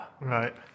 Right